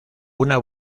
una